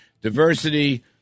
diversity